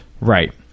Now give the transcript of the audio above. right